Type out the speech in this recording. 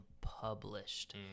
published